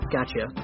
Gotcha